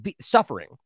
suffering